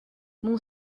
mon